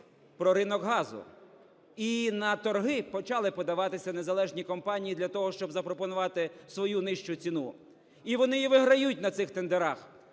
про ринок газу. І на торги почали подаватися незалежні компанії для того, щоб запропонувати свою нижчу ціну, і вони і виграють на цих тендерах,